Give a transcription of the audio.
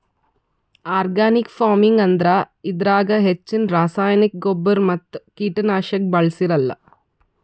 organic farming ಅಂದ್ರ ಇದ್ರಾಗ್ ಹೆಚ್ಚಿನ್ ರಾಸಾಯನಿಕ್ ಗೊಬ್ಬರ್ ಮತ್ತ್ ಕೀಟನಾಶಕ್ ಬಳ್ಸಿರಲ್ಲಾ